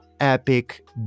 Epic